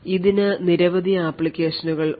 ഇതിന് നിരവധി ആപ്ലിക്കേഷനുകൾ ഉണ്ട്